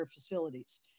facilities